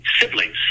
siblings